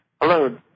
Hello